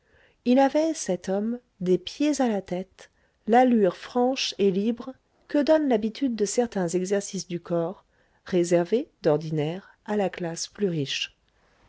il avait cet homme des pieds à la tête l'allure franche et libre que donne l'habitude de certains exercices du corps réservés d'ordinaire à la classe la plus riche